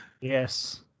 Yes